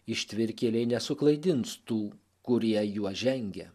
ištvirkėliai nesuklaidins tų kurie juo žengia